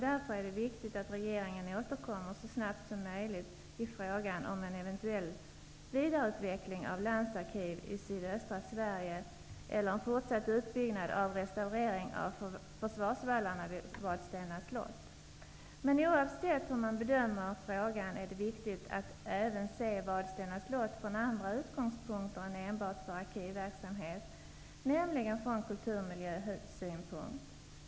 Därför är det viktigt att regeringen återkommer så snabbt som möjligt i frågan om en eventuell vidareutveckling av landsarkiv i sydöstra Sverige eller en fortsatt utbyggnad och restaurering av försvarsvallarna vid Vadstena slott. Men oavsett hur man bedömer frågan, är det viktigt att se Vadstena slott även utifrån andra utgångspunkter än enbart för arkivverksamhet, nämligen från kulturmiljösynpunkt.